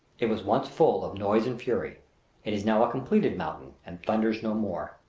it was once full of noise and fury it is now a completed mountain, and thunders no more.